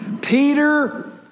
Peter